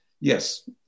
yes